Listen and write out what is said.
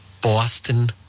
Boston